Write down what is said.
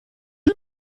hat